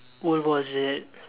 world war Z